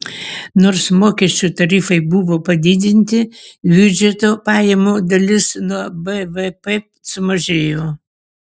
nors mokesčių tarifai buvo padidinti biudžeto pajamų dalis nuo bvp sumažėjo